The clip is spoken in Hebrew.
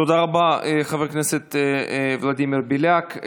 תודה רבה, חבר הכנסת ולדימיר בליאק.